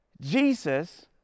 Jesus